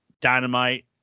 Dynamite